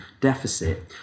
deficit